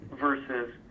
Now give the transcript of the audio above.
versus